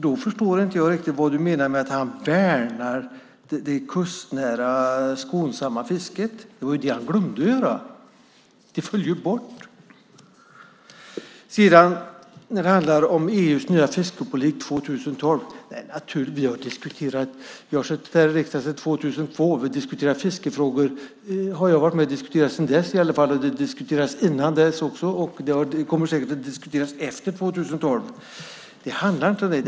Då förstår jag inte riktigt vad Erik A Eriksson menar med att han värnar det kustnära, skonsamma fisket. Det var ju det han glömde göra. Det föll ju bort. När det handlar om EU:s nya fiskepolitik 2012 har vi diskuterat den. Jag har suttit i riksdagen sedan 2002. Fiskefrågor har jag varit med och diskuterat i alla fall sedan dess, de diskuterades innan dess också och de kommer säkert att diskuteras även efter 2012. Det handlar inte om det.